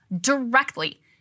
directly